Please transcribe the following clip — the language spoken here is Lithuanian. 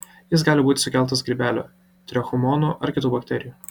jis gali būti sukeltas grybelio trichomonų ar kitų bakterijų